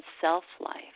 self-life